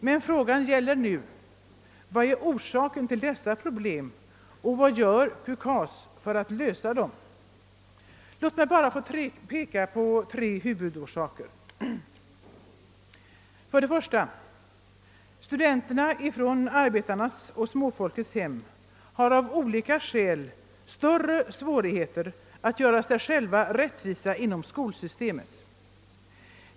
Men frågan nu gäller vad som är orsaken till dessa problem och vad UKAS gör för att lösa dem. Låt mig peka på tre huvudorsaker. 1. Studenterna från arbetarnas och småfolkets hem har av många olika skäl större svårigheter att göra sig själva rättvisa inom skolsystemet.